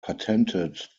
patented